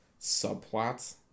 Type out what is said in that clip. subplots